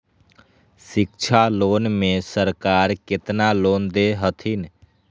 शिक्षा लोन में सरकार केतना लोन दे हथिन?